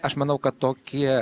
aš manau kad tokie